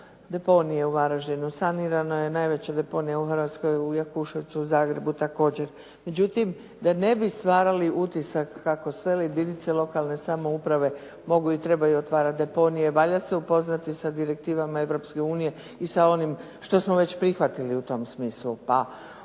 deponije u Varaždinu. Sanirana je najveća deponija u Hrvatskoj u Jakuševcu u Zagrebu također. Međutim, da ne bi stvarali utisak kako sve jedinice lokalne samouprave mogu i trebaju otvarati deponije, valja se upoznati sa direktivama Europske unije i sa onim što smo već prihvatili u tom smislu.